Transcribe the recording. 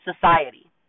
society